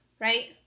right